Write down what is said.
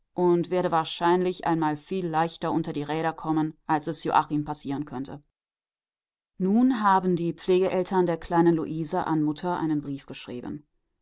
und werde wahrscheinlich einmal viel leichter unter die räder kommen als es joachim passieren könnte nun haben die pflegeeltern der kleinen luise an mutter einen brief geschrieben